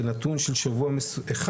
בנתון של שבוע אחד,